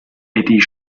eddie